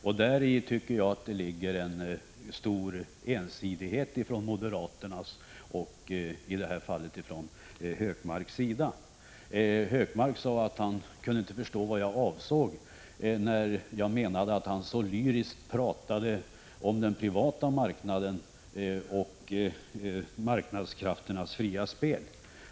Jag tycker att moderaterna, och i detta fall Gunnar Hökmark, är ensidiga. Gunnar Hökmark sade att han inte kan förstå vad jag avsåg när jag påpekade att han så lyriskt talade om den privata marknaden och marknadskrafternas fria spel.